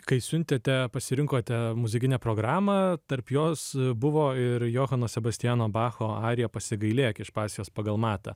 kai siuntėte pasirinkote muzikinę programą tarp jos buvo ir johano sebastiano bacho arija pasigailėk iš pasijos pagal matą